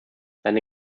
seine